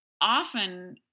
often